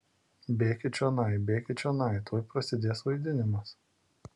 bėkit čionai bėkit čionai tuoj prasidės vaidinimas